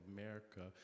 America